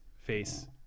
face